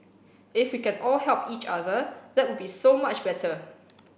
if we can all help each other that would be so much better